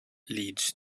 leads